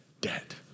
debt